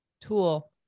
tool